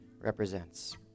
represents